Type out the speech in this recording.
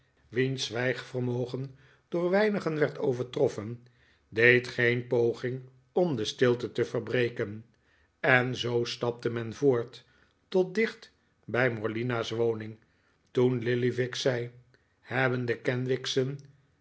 wiens zwijg vermogen door weinigen werd overtroffen deed geen poging om de stilte te verbreken en zoo stapte men voort tot dicht bij morlina's woning toen lillyvick zei hebben de kenwigs'en